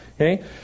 Okay